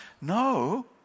No